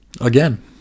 Again